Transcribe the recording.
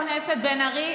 חברת הכנסת בן ארי,